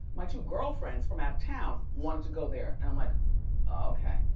my two girlfriends from out of town wanted to go there and i'm like okay.